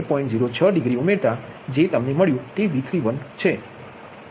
06 degree ઉમેરતા જે તમને મળ્યું છે તે V31